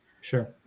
Sure